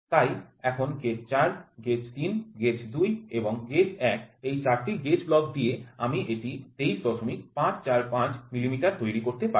তাই এখন gauge ৪ gauge ৩ gauge ২ এবং গেজ ১ এই চারটি গেজ ব্লক দিয়ে আমি এটি ২৩৫৪৫ মিলিমিটার তৈরি করতে পারি